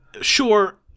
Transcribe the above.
sure